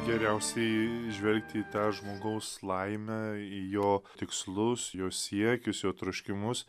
geriausiai žvelgti į tą žmogaus laimę į jo tikslus jo siekius jo troškimus